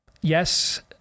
yes